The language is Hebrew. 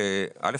א',